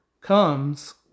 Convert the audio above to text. comes